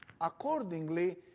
Accordingly